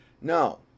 No